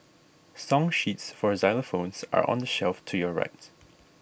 song sheets for xylophones are on the shelf to your right